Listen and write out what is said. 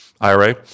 IRA